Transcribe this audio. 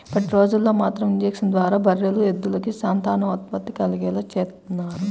ఇప్పటిరోజుల్లో మాత్రం ఇంజక్షన్ల ద్వారా బర్రెలు, ఎద్దులకి సంతానోత్పత్తి కలిగేలా చేత్తన్నారు